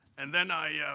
and then i